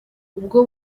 ubwo